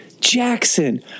jackson